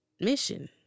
mission